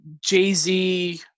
jay-z